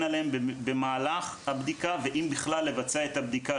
עליהם במהלך הבדיקה או אם בכלל לבצע להם את הבדיקה.